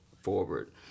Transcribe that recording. forward